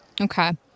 Okay